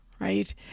right